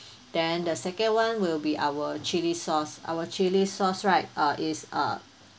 then the second one will be our chili sauce our chili sauce right uh is uh